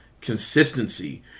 consistency